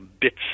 bits